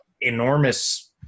enormous